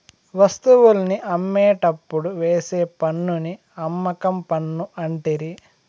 వస్తువుల్ని అమ్మేటప్పుడు వేసే పన్నుని అమ్మకం పన్ను అంటిరి